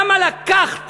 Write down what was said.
למה לקחת